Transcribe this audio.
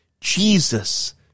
Jesus